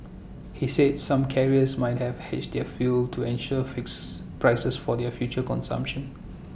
he said some carriers might have hedged their fuel to ensure fixes prices for their future consumption